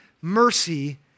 mercy